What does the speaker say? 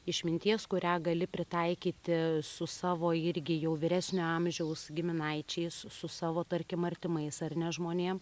išminties kurią gali pritaikyti su savo irgi jau vyresnio amžiaus giminaičiais su savo tarkim artimais ar ne žmonėm